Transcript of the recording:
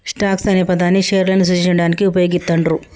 stocks అనే పదాన్ని షేర్లను సూచించడానికి వుపయోగిత్తండ్రు